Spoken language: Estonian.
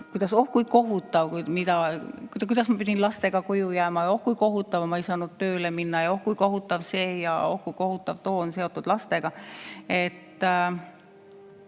"Oh kui kohutav, kuidas ma pidin lastega koju jääma, kui kohutav, ma ei saanud tööle minna, oh kui kohutav see ja oh kui kohutav too on seotud lastega".